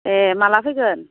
ए माब्ला फैगोन